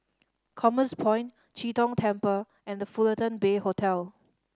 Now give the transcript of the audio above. Commerce Point Chee Tong Temple and The Fullerton Bay Hotel